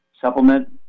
Supplement